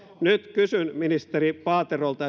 nyt kysyn ministeri paaterolta